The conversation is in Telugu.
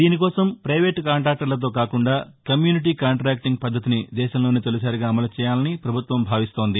దీనికోసం పైవేటు కాంటాక్టర్లతో కాకుండా కమ్యూనిటీ కాంటాక్టింగ్ పద్ధతిని దేశంలోనే తొలి సారిగా అమలు చేయాలని ప్రభుత్వం భావిస్తోంది